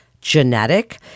genetic